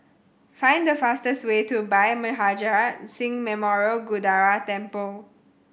find the fastest way to Bhai Maharaj Singh Memorial Gurdwara Temple